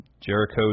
Jericho